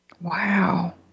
Wow